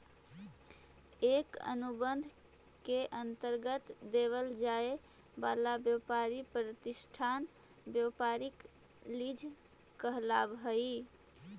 एक अनुबंध के अंतर्गत देवल जाए वाला व्यापारी प्रतिष्ठान व्यापारिक लीज कहलाव हई